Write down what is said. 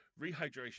rehydration